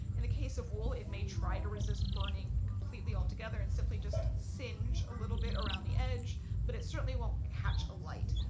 in the case of wool, it may try to resist burning completely altogether and simply just singe a little bit around the edge but it certainly won't catch a light.